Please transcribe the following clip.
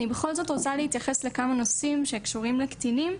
אני בכל זאת רוצה להתייחס לכמה נושאים שקשורים לקטינים,